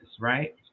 right